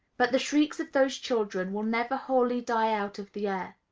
but the shrieks of those children will never wholly die out of the air.